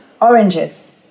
oranges